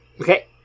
Okay